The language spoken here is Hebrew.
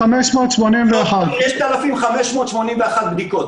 6,581 בדיקות.